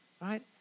Right